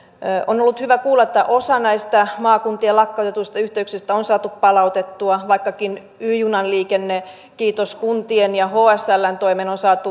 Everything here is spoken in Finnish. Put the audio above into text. ne on ollut hyvä tuulettaa osa näistä maakuntien lakkautetuista että lippaallisten itselataavien kertatulta ampuvien siviilikäyttöön valmistettujen ampuma aseiden hankinta ja hallussapito kiellettäisiin yksityishenkilöiltä myös deaktivoituina